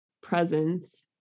presence